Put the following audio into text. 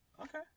Okay